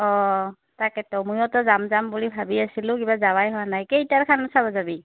অঁ তাকে তো মইতো যাম যাম বুলি ভাবি আছিলোঁ কিবা যােৱাই হোৱা নাই কেইটাৰখন চাব যাবি